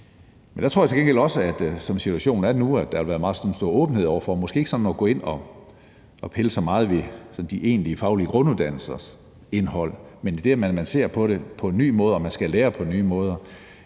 Jeg tror til gengæld også, som situationen er nu, at der har været meget stor åbenhed over for måske ikke lige sådan at gå ind og pille så meget ved de egentlige faglige grunduddannelsers indhold, men så at se på det på en ny måde, og at man skal lære på nye måder.